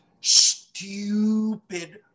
stupid